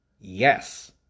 yes